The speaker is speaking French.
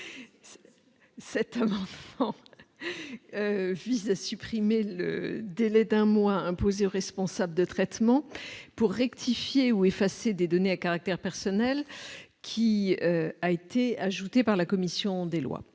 amendement vise à supprimer le délai d'un mois imposé au responsable de traitement pour rectifier ou effacer des données à caractère personnel qui a été ajouté par la commission des lois.